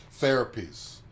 Therapies